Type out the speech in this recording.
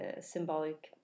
symbolic